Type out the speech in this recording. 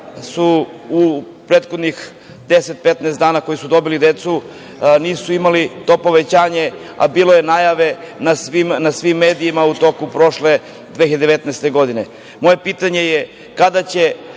u prethodnih 10, 15 dana, koji su dobili decu, nisu dobili to povećanje, a bilo je najave na svim medijima tokom prošle 2019. godine. Moje pitanje je – kada će